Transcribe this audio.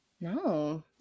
No